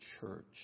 church